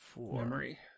Memory